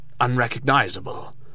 unrecognizable